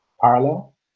parallel